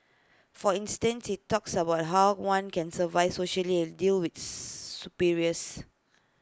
for instance IT talks about how one can survive socially and deal with superiors